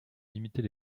limiter